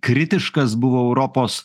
kritiškas buvo europos